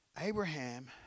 Abraham